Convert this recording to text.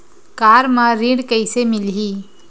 Car म ऋण कइसे मिलही?